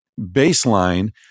baseline